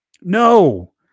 No